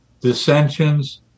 dissensions